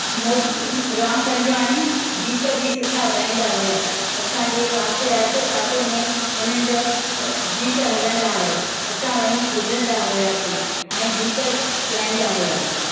मोत राम पंजवाणी गीत बि सुठा ॻाईंदा हुआ असांजे पासे आसे पासे में उन्हनि जा गीत हलंदा हुआ असां वञी ॿुधंदा हुआसीं ऐं गीत ॻाईंदा हुआसीं